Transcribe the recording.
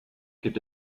gibt